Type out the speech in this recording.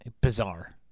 bizarre